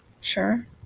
Sure